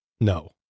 No